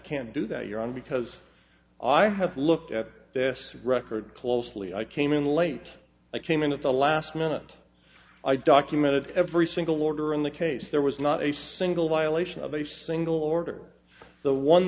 can't do that you're on because i have looked at this record closely i came in late i came in at the last minute i documented every single order in the case there was not a single violation of a single order the one